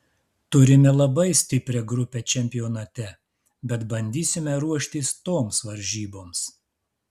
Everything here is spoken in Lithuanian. turime labai stiprią grupę čempionate bet bandysime ruoštis toms varžyboms